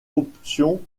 option